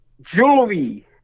Jewelry